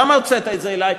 למה הוצאת את זה אלי?